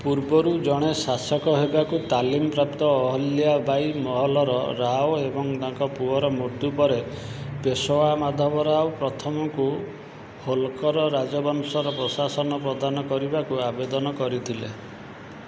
ପୂର୍ବରୁ ଜଣେ ଶାସକ ହେବାକୁ ତାଲିମ ପ୍ରାପ୍ତ ଅହିଲ୍ୟା ବାଇ ମଲହର ରାଓ ଏବଂ ତାଙ୍କ ପୁଅର ମୃତ୍ୟୁ ପରେ ପେଶୱା ମାଧବ ରାଓ ପ୍ରଥମଙ୍କୁ ହୋଲକର ରାଜବଂଶର ପ୍ରଶାସନ ପ୍ରଦାନ କରିବାକୁ ଆବେଦନ କରିଥିଲେ